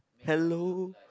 hello